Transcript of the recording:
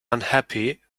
unhappy